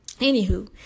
Anywho